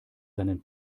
seinen